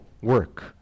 work